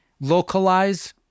Localize